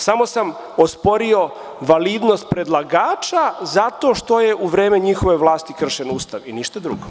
Samo sam osporio validnost predlagača zato što je u vreme njihove vlasti kršen ustav i ništa drugo.